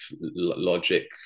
logic